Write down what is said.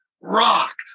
rock